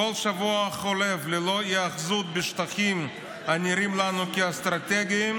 כל שבוע החולף ללא היאחזות בשטחים הנראים לנו כאסטרטגיים,